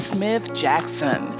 Smith-Jackson